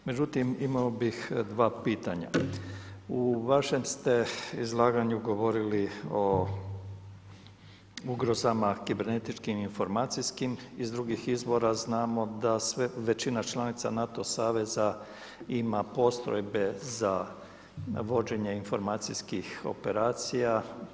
Međutim imao bih dva pitanja. u vašem ste izlaganju govorili o ugrozama kibernetičkim i informacijskim, iz drugih izvora znamo da većina članica NATO sveza ima postrojbe za vođenje informacijskih operacija.